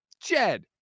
Jed